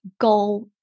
goal